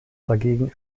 dagegen